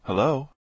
Hello